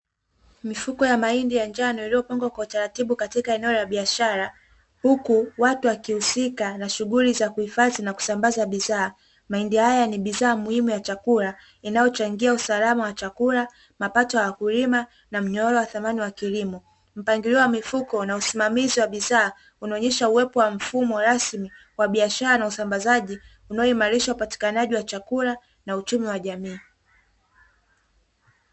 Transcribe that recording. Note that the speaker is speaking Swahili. Mifuko ya mahindi ya njano iliyopangwa kwa utaratibu katika eneo la biashara, huku watu wakihusika na shughuli za kuhifadhi na kusambaza bidhaa mahindi haya ni bidhaa muhimu ya chakula inayochangia usalama wa chakula ,mapato ya wakulima na mnyororo wa thamani wa kilimo mpangilio wa mifuko na usimamizi wa bidhaa unaonyesha uwepo wa mfumo rasmi wa biashara na usambazaji unaoimarisha upatikanaji wa chakula na uchumi wa jamii.